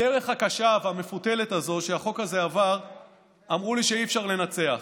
בדרך הקשה והמפותלת הזו שהחוק הזה עבר אמרו לי שאי-אפשר לנצח.